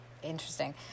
interesting